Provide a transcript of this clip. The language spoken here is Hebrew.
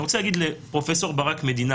אני רוצה להגיד לפרופ' ברק מדינה